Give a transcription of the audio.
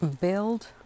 Build